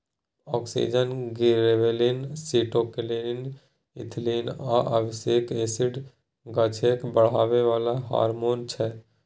auxin, gibberellin, cytokinin, ethylene आ abscisic acid गाछकेँ बढ़ाबै बला हारमोन छै